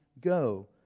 go